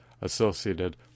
associated